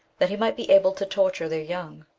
that he might be able to torture their young.